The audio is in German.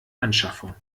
anschaffung